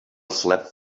slept